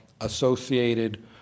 associated